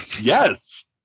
Yes